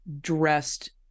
dressed